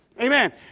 Amen